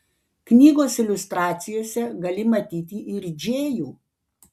knygos iliustracijose gali matyti ir džėjų